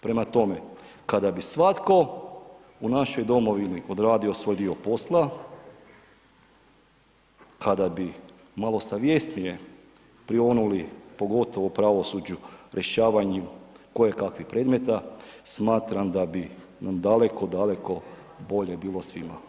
Prema tome kada bi svatko u našoj domovini odradio svoj dio posla, kada bi malo savjesnije prionuli pogotovo u pravosuđu rješavanja kojekakvih predmeta, smatram da bi nam daleko, daleko bolje bilo svima.